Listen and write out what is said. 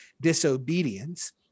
disobedience